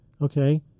okay